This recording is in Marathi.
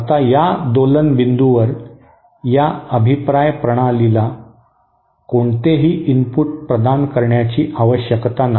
आता दोलनबिंदूवर या अभिप्राय प्रणालीला कोणतेही इनपुट प्रदान करण्याची आवश्यकता नाही